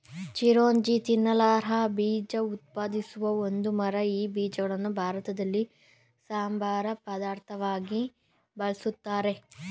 ಚಿರೋಂಜಿ ತಿನ್ನಲರ್ಹ ಬೀಜ ಉತ್ಪಾದಿಸೋ ಒಂದು ಮರ ಈ ಬೀಜಗಳನ್ನು ಭಾರತದಲ್ಲಿ ಸಂಬಾರ ಪದಾರ್ಥವಾಗಿ ಬಳುಸ್ತಾರೆ